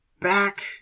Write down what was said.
back